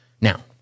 Now